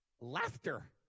Laughter